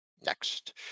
Next